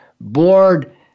bored